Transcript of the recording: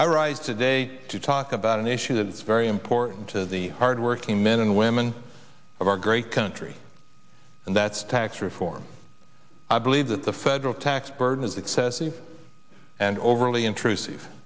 i rise today to talk about an issue that is very important to the hardworking men and women of our great country and that's tax reform i believe that the federal tax burden is excessive and overly intrusive